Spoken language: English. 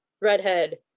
Redhead